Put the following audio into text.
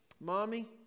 Mommy